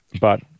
but-